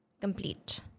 complete